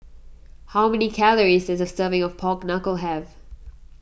how many calories does a serving of Pork Knuckle have